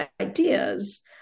ideas